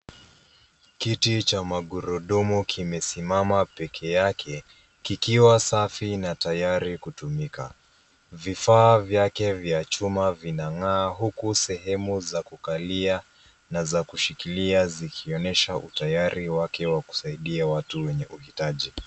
Kiti cha magurudumu kimeasimama pekee yake, kikiwa safi na tayari kutumika. Vifaa vyake vya chuma vinang'aa, huku sehemu za kukalia na za kushikilia zikionyesha utayari wake wa kusaidia watu wenye uhitaji.